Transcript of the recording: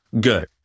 good